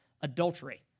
Adultery